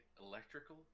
electrical